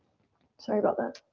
sorry about that.